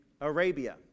Arabia